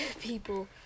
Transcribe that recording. people